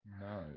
no